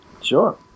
Sure